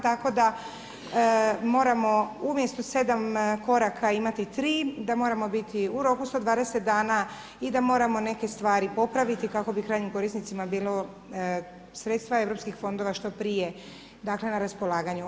Tako da moramo umjesto 7 koraka imati 3, da moramo biti u roku 120 dana i da moramo neke stvari popraviti kako bi krajnjim korisnicima bila sredstva EU fondova što prije dakle na raspolaganju.